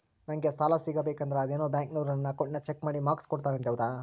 ನಂಗೆ ಸಾಲ ಸಿಗಬೇಕಂದರ ಅದೇನೋ ಬ್ಯಾಂಕನವರು ನನ್ನ ಅಕೌಂಟನ್ನ ಚೆಕ್ ಮಾಡಿ ಮಾರ್ಕ್ಸ್ ಕೋಡ್ತಾರಂತೆ ಹೌದಾ?